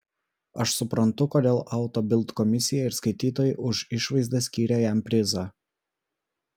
aš suprantu kodėl auto bild komisija ir skaitytojai už išvaizdą skyrė jam prizą